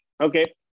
Okay